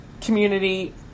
community